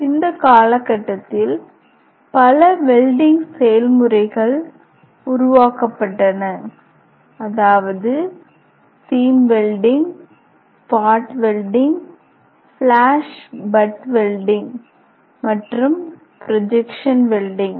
இந்த காலகட்டத்தில் பல வெல்டிங் செயல்முறைகள் உருவாக்கப்பட்டன அதாவது seam welding spot welding flash butt welding மற்றும் ப்ரொஜெக்சன் வெல்டிங்